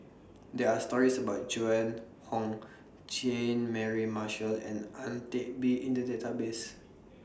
There Are stories about Joan Hon Jean Mary Marshall and Ang Teck Bee in The Database